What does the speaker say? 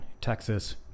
Texas